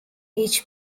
each